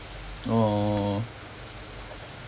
orh